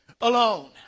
alone